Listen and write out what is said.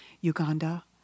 Uganda